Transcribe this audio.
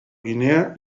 guinea